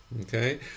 okay